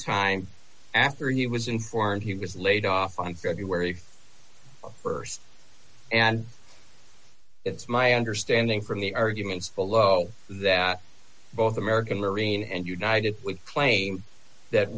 time after he was informed he was laid off on february st and it's my understanding from the arguments follow that both american marine and united would claim that